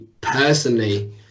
personally